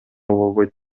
болбойт